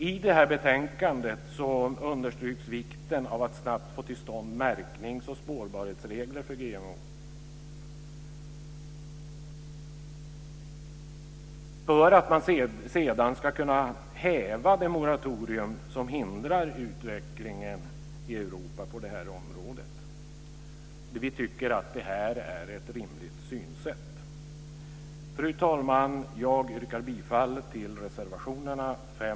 I det här betänkandet understryks vikten av att snabbt få till stånd märknings och spårbarhetsregler för GMO, för att man sedan ska kunna häva det moratorium som hindrar utvecklingen i Europa på det här området. Vi tycker att det här är ett rimligt synsätt. Fru talman! Jag yrkar bifall till reservationerna 5